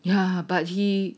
ya but he